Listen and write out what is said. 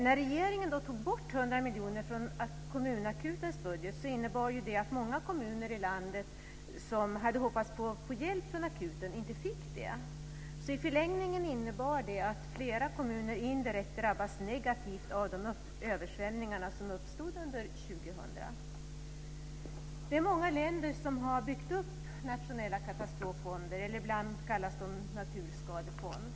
När regeringen tog bort 100 miljoner från kommunakutens budget innebar det att många kommuner i landet som hade hoppats på att få hjälp från akuten inte fick det. I förlängningen innebar det att flera kommuner indirekt drabbades negativt av de översvämningar som uppstod under 2000. Det är många länder som har byggt upp nationella katastroffonder. Ibland kallas de naturskadefonder.